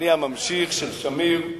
אני הממשיך של שמיר.